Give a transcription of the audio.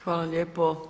Hvala lijepo.